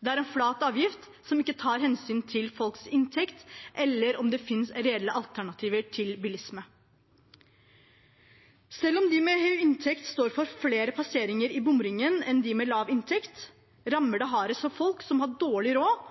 Det er en flat avgift som ikke tar hensyn til folks inntekt, eller om det finnes reelle alternativer til bilisme. Selv om de med høy inntekt står for flere passeringer i bomringen enn de med lav inntekt, rammer det hardest folk som har dårlig råd,